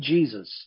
Jesus